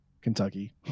Kentucky